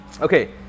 Okay